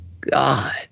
God